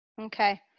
okay